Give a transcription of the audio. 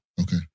Okay